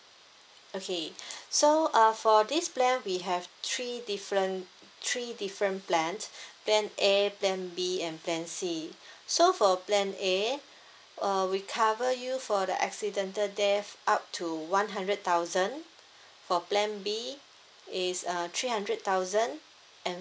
okay so uh for this plan we have three different three different plans plan A plan B and plan C so for plan A uh we cover you for the accidental death up to one hundred thousand for plan B is uh three hundred thousand and